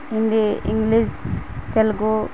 Hindi English Telugu